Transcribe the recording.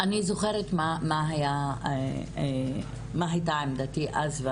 אני זוכרת מה הייתה עמדתי אז,